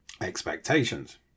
expectations